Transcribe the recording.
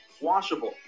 washable